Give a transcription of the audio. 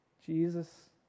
Jesus